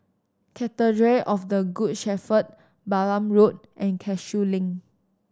Cathedral of the Good Shepherd Balam Road and Cashew Link